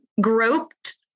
groped